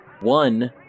one